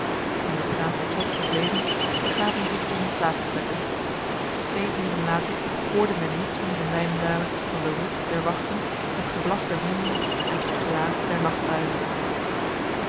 die in het graaflijke slot verbleven begaven zich in hun slaapvertrekken twee uren later hoorde men niets meer in wijnendale dan de roep der wachten het geblaf der honden en het geblaas der nachtuilen